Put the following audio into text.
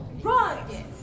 Right